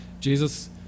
Jesus